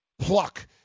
pluck